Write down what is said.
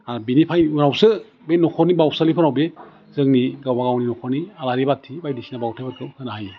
आरो बेनिफ्राय उनावसो बे नख'रनि बाउसालिफोराव बे जोंनि गावबागावनि नख'रनि आलारि बाथि बायदिसिना बाउथाइफोरखौ होनो हायो